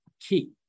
key